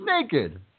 naked